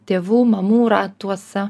tėvų mamų ratuose